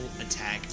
attack